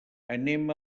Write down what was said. anem